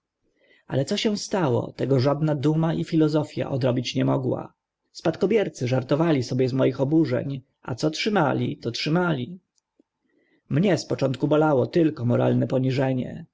ale co się stało tego żadna duma i filozofia odrobić nie mogła spadkobiercy żartowali sobie z moich oburzeń a co trzymali to trzymali mnie z początku bolało tylko moralne poniżenie